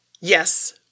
Yes